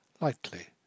lightly